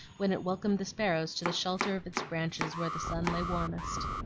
when it welcomed the sparrows to the shelter of its branches where the sun lay warmest.